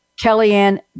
Kellyanne